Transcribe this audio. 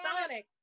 Sonic